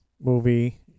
movie